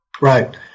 Right